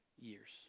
years